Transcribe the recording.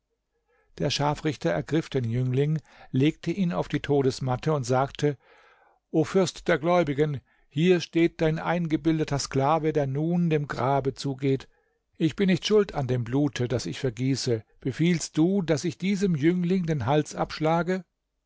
der scharfrichter ergriff den jüngling legte ihn auf die todesmatte und sagte o fürst der gläubigen hier steht dein eingebildeter sklave der nun dem grabe zugeht ich bin nicht schuld an dem blute das ich vergieße befiehlst du daß ich diesem jüngling den hals abschlage